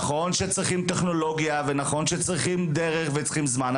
נכון שצריכים טכנולוגיה ונכון שצריכים דרך וצריכים זמן,